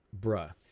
bruh